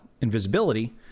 invisibility